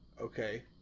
Okay